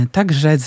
Także